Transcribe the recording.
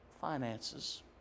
finances